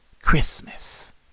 Christmas